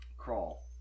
crawl